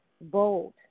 bold